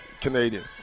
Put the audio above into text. Canadian